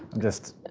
just.